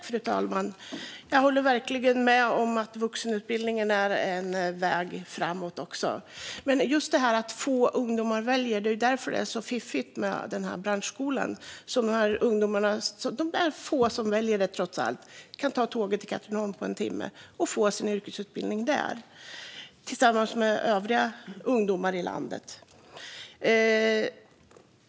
Fru talman! Jag håller verkligen med om att vuxenutbildningen är en väg framåt. Få ungdomar väljer detta. Det är därför det är så fiffigt med branschskolan. Då kan de få ungdomar som trots allt väljer detta ta tåget och komma till Katrineholm på en timme och få sin yrkesutbildning där tillsammans med övriga ungdomar i landet.